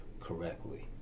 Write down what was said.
correctly